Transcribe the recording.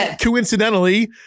coincidentally